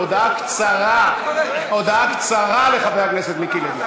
הודעה קצרה לחבר הכנסת מיקי לוי.